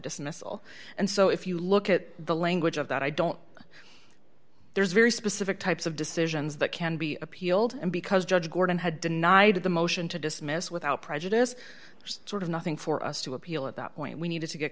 dismissal and so if you look at the language of that i don't there's very specific types of decisions that can be appealed and because judge gordon had denied the motion to dismiss without prejudice just sort of nothing for us to appeal at that point we needed to get